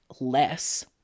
less